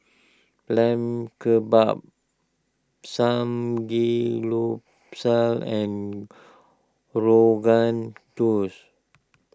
Lamb Kebabs and Rogan Josh